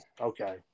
Okay